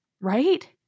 right